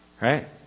Right